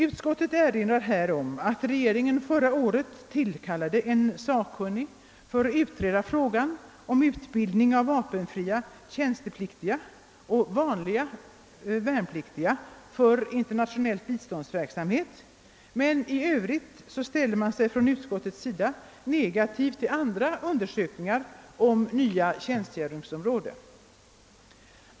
Utskottet erinrar om att regeringen förra året tillkallade en sakkunnig för att utreda frågan om utbildning av vapenfria = tjänstepliktiga och «vanliga värnpliktiga för internationell biståndsverksamhet, men i övrigt ställer sig utskottet negativt till andra undersök ningar av nya tjänstgöringsområden.